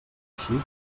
així